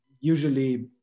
usually